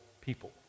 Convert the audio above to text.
people